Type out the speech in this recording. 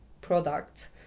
product